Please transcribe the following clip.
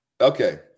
Okay